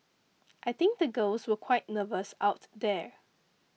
I think the girls were quite nervous out there